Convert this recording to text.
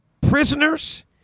prisoners